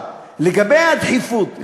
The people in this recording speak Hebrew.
לגבי הדחיפות,